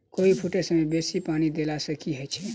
कोबी फूटै समय मे बेसी पानि देला सऽ की होइ छै?